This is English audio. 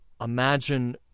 imagine